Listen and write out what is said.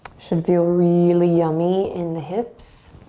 should feel really yummy in the hips.